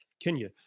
Kenya